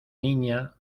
niña